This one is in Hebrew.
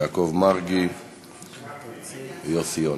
יעקב מרגי ויוסי יונה.